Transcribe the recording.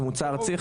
ממוצע ארצי,